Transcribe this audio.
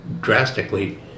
drastically